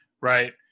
right